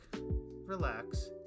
relax